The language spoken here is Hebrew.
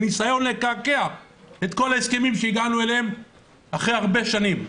בניסיון לקעקע את כל ההסכמים שהגענו אליהם אחרי הרבה שנים.